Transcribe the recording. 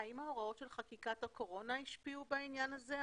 האם ההוראות של חקיקת הקורונה השפיעו בעניין הזה?